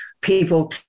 people